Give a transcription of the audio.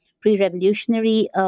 pre-revolutionary